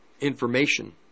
information